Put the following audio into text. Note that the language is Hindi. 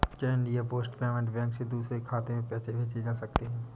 क्या इंडिया पोस्ट पेमेंट बैंक से दूसरे खाते में पैसे भेजे जा सकते हैं?